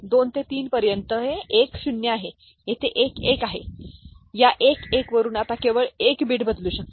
2 ते 3 पर्यंत हे 1 0 आहे हे 1 1 आहे या 1 1 वरून आता केवळ 1 बिट बदलू शकते